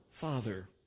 Father